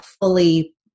fully